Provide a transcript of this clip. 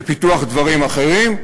ובפיתוח דברים אחרים.